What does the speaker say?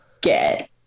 get